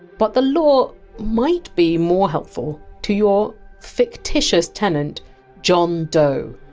but the law might be more helpful to your fictitious tenant john doe,